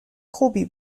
خوبی